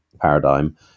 paradigm